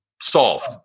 solved